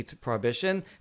prohibition